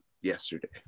yesterday